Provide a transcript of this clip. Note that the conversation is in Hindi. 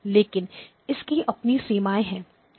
लेकिन इसकी अपनी सीमाएँ हैं